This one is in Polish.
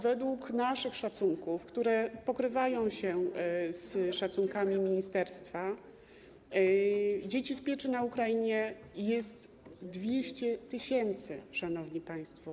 Według naszych szacunków, które pokrywają się z szacunkami ministerstwa, dzieci pozostających w pieczy na Ukrainie jest 200 tys., szanowni państwo.